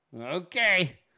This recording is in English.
Okay